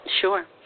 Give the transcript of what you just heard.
Sure